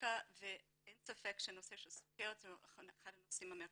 כרקע ואין ספק שנושא הסוכרת הוא אחד הנושאים המרכזיים.